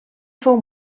fou